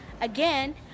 Again